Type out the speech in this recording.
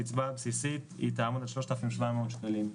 הקצבה הבסיסית תעמוד על 3,700 שקלים,